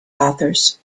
authors